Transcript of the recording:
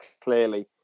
clearly